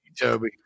Toby